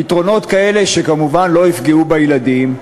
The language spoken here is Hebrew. פתרונות שכמובן לא יפגעו בילדים,